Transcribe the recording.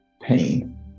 pain